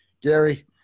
Gary